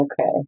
Okay